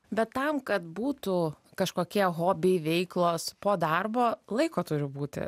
bet tam kad būtų kažkokie hobiai veiklos po darbo laiko turi būti